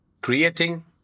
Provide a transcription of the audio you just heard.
creating